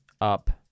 up